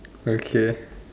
okay